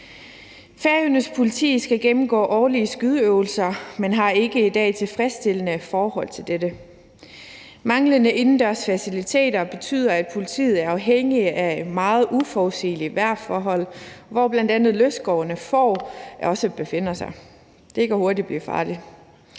Færøernes politi skal gennemgå årlige skydeøvelser, men har i dag ikke tilfredsstillende forhold til dette. Manglende indendørs faciliteter betyder, at politiet er afhængige af meget uforudsigelige vejrforhold og forhold, hvor bl.a. også løsgående får befinder sig. Det kan hurtigt blive farligt.